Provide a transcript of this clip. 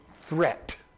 threat